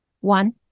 One